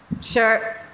Sure